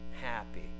happy